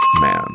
man